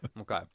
okay